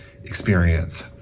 experience